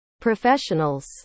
professionals